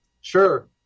Sure